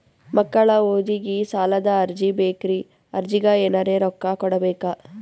ಮಕ್ಕಳ ಓದಿಗಿ ಸಾಲದ ಅರ್ಜಿ ಬೇಕ್ರಿ ಅರ್ಜಿಗ ಎನರೆ ರೊಕ್ಕ ಕೊಡಬೇಕಾ?